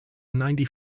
ninety